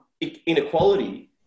inequality